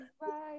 Bye